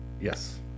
Yes